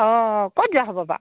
অঁ ক'ত যোৱা হ'ব বাৰু